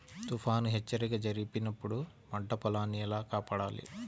తుఫాను హెచ్చరిక జరిపినప్పుడు పంట పొలాన్ని ఎలా కాపాడాలి?